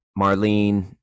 Marlene